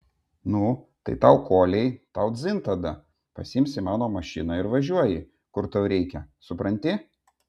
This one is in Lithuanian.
nu tai tau koliai tau dzin tada pasiimsi mano mašiną ir važiuoji kur tau reikia supranti